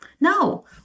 No